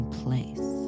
place